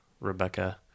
rebecca